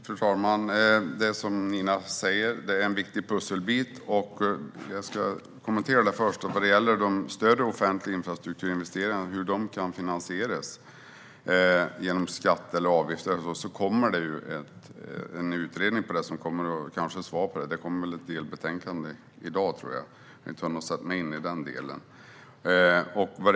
Fru talman! Det är som Nina säger: Detta är en viktig pusselbit. Jag ska först kommentera det som gäller stödet till offentlig infrastruktur och hur den kan finansieras genom skatt, avgifter eller annat. Det kommer en utredning som kan ge svar på detta, och jag tror - utan att ha satt mig in i denna del - att det kommer ett delbetänkande i dag.